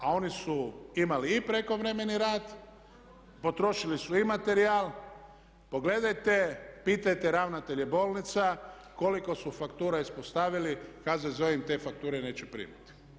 A oni su imali i prekovremeni rad, potrošili su i materijal, pogledajte, pitajte ravnatelje bolnica koliko su faktura ispostavili, HZZO im te fakture neće primiti.